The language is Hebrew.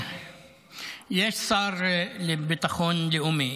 יש שר לביטחון לאומי,